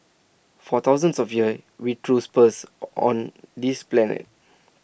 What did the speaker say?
for thousands of years we threw spears on this planet